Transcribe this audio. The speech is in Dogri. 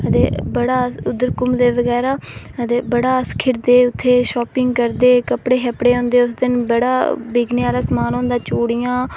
अदे बड़ा उद्धर घुमदे बगैरा अदे खिढ़दे उत्थै शापिंग करदे कपड़े शपड़े होंदे बड़ा बिकने आह्ला समान होंदा चूड़ियां